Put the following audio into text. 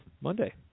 Monday